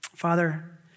Father